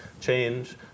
change